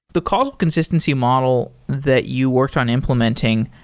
the causal consistency model that you worked on implementing,